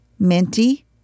minty